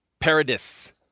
Paradis